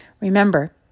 Remember